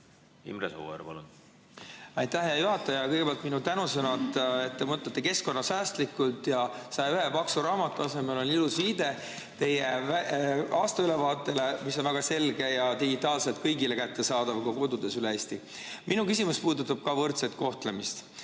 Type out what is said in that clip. Aitäh, hea juhataja! Kõigepealt minu tänusõnad, et te mõtlete keskkonnasäästlikult ja 101 paksu raamatu asemel on ilus viide teie aastaülevaatele, mis on väga selge ja digitaalselt kõigile kättesaadav ka kodudes üle Eesti. Minu küsimus puudutab ka võrdset kohtlemist.